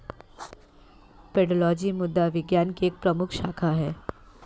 pedology मृदा विज्ञान की एक प्रमुख शाखा है